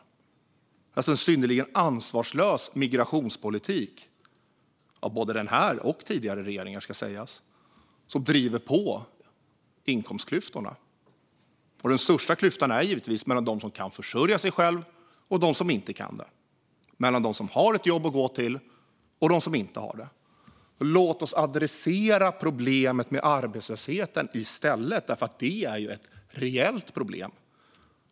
Det är alltså en synnerligen ansvarslös migrationspolitik, både av den här och av tidigare regeringar, som driver på inkomstklyftorna. Den största klyftan är givetvis mellan dem som kan försörja sig själva och dem som inte kan det, mellan dem som har ett jobb att gå till och dem som inte har det. Låt oss adressera problemet med arbetslösheten i stället! Det är ju ett reellt problem.